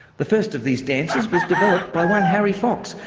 the first of these dances was developed by one harry fox,